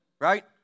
right